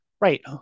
Right